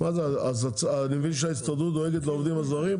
--- אני מבין שההסתדרות דואגת לעובדים הזרים?